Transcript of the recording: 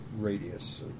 Radius